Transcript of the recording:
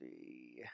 see